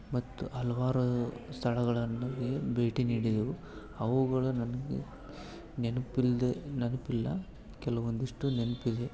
ಮತ್ತು ಹಲ್ವಾರು ಸ್ಥಳಗಳನ್ನು ಭೇಟಿ ನೀಡಿದೆವು ಅವುಗಳು ನನಗೆ ನೆನ್ಪಿಲ್ದೇ ನೆನಪಿಲ್ಲ ಕೆಲವೊಂದಿಷ್ಟು ನೆನಪಿದೆ